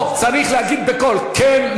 פה צריך להגיד בקול: כן,